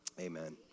Amen